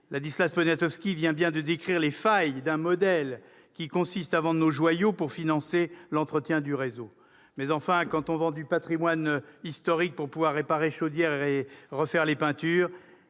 Ladislas Poniatowski a bien décrit les failles d'un modèle qui consiste à vendre nos joyaux pour financer l'entretien du réseau. Quand on vend du patrimoine historique pour pouvoir réparer les chaudières et refaire les peintures,